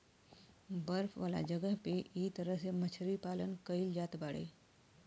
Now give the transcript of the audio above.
बर्फ वाला जगह पे इ तरह से मछरी पालन कईल जात बाड़े